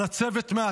על הצוות מהטנק,